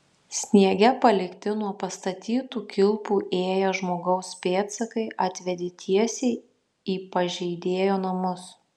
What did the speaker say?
sniege palikti nuo pastatytų kilpų ėję žmogaus pėdsakai atvedė tiesiai į pažeidėjo namus